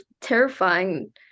terrifying